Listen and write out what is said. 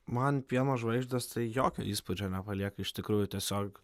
man pieno žvaigždės tai jokio įspūdžio nepalieka iš tikrųjų tiesiog